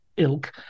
Ilk